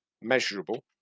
measurable